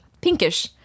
Pinkish